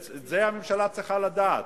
את זה הממשלה צריכה לדעת,